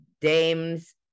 dames